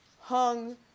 hung